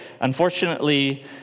Unfortunately